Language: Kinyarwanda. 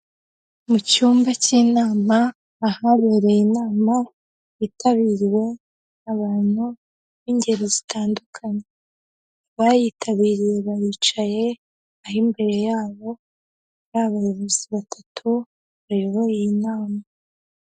Mu cyumba cy'inama, ahabereye inama yitabiriwe n'abantu b'ingeri zitandukanye, abayitabiriye baricayeh imbere yabo hari abayobozi batatu bayoboye iyi nama.